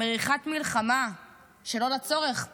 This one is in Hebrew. מריחת מלחמה שלא לצורך בסדר.